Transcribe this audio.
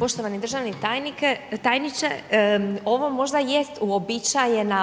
Poštovani državni tajniče, ovo možda jest uobičajena